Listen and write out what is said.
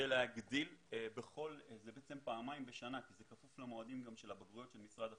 זה בעצם פעמיים בשנה כי זה כפוף למועדים של הבגרויות של משרד החינוך,